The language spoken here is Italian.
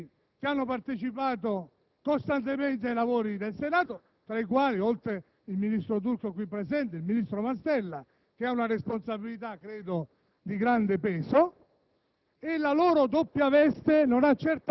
dell'Assemblea del Senato, Ministri che hanno partecipato costantemente ai lavori del Senato, tra i quali, oltre al ministro Turco qui presente, il ministro Mastella, che ha una responsabilità di grande peso: